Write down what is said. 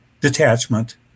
detachment